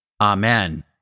Amen